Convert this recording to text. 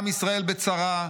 עם ישראל בצרה,